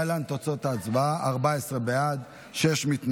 להלן תוצאות ההצבעה: 14 בעד, שישה מתנגדים.